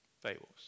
fables